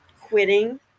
quitting